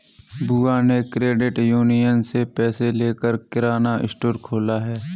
बुआ ने credit union से पैसे लेकर किराना स्टोर खोला है